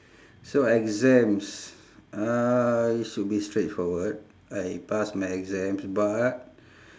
so exams uh it should be straight forward I pass my exams but